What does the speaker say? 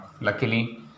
luckily